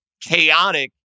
chaotic